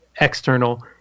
external